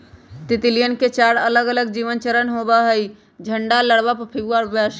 तितलियवन के चार अलगअलग जीवन चरण होबा हई अंडा, लार्वा, प्यूपा और वयस्क